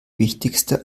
wichtigste